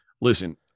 listen